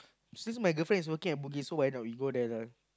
since my girlfriend is working at bugis so why not we go there now